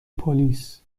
پلیس